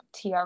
TR